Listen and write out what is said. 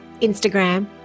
Instagram